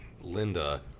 Linda